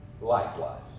likewise